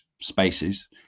spaces